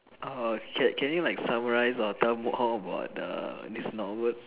uh can can you like summarize or tell me more about the this novel